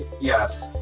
Yes